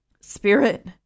Spirit